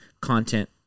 content